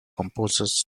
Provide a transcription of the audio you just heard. composers